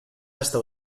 hasta